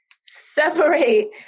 separate